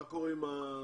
מה קורה עם האולפנים?